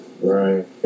right